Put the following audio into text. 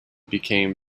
became